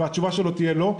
התשובה שלו תהיה לא,